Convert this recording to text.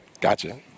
Gotcha